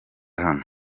hano